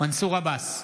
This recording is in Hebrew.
מנסור עבאס,